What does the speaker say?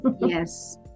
Yes